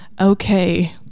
Okay